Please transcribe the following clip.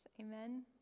Amen